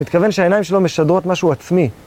מתכוון שהעיניים שלו משדרות משהו עצמי.